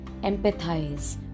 empathize